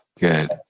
good